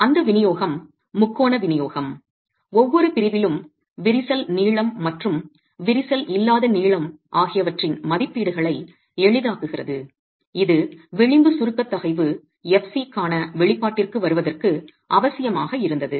அந்த விநியோகம் முக்கோண விநியோகம் ஒவ்வொரு பிரிவிலும் விரிசல் நீளம் மற்றும் விரிசல் இல்லாத நீளம் ஆகியவற்றின் மதிப்பீடுகளை எளிதாக்குகிறது இது விளிம்பு சுருக்க தகைவு fc க்கான வெளிப்பாட்டிற்கு வருவதற்கு அவசியமாக இருந்தது